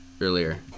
earlier